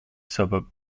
suburb